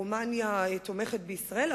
רומניה תומכת בישראל,